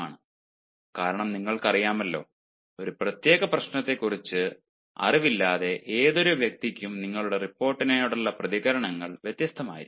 കാരണം നിങ്ങൾക്കറിയാമല്ലോ ഒരു പ്രത്യേക പ്രശ്നത്തെക്കുറിച്ച് അറിവില്ലാത്ത ഏതൊരു വ്യക്തിക്കും നിങ്ങളുടെ റിപ്പോർട്ടിനോടുള്ള പ്രതികരണങ്ങൾ വ്യത്യസ്തമായിരിക്കാം